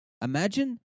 Imagine